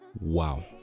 Wow